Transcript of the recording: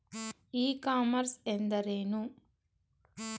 E commerce ಎಂದರೇನು?